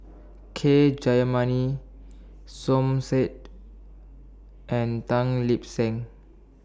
K Jayamani Som Said and Tan Lip Seng